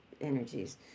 energies